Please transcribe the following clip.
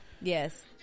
Yes